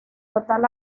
total